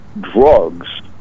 Drugs